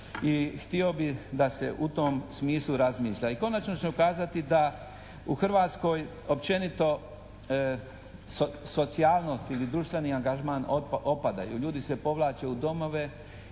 i htio bih da se u tom smislu razmišlja. I konačno ću kazati da u Hrvatskoj općenito socijalnost ili društveni angažman opadaju. Ljudi se povlače u domove